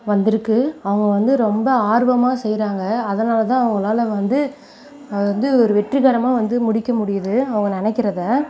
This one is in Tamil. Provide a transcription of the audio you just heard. வந்துருக்குது அவங்க வந்து ரொம்ப ஆர்வமாக செய்கிறாங்க அதனால்தான் அவங்களால வந்து வந்து ஒரு வெற்றிகரமாக வந்து முடிக்க முடியுது அவங்க நினைக்கிறத